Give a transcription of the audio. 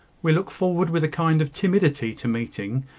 we look forward with a kind of timidity to meeting,